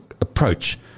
approach